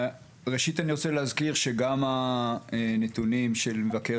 ראשית אני רוצה להזכיר שגם הנתונים של משרד מבקר